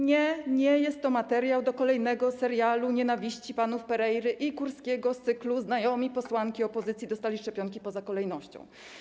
Nie, nie jest to materiał do kolejnego serialu nienawiści panów Pereiry i Kurskiego z cyklu: znajomi posłanki opozycji dostali szczepionki poza kolejnością.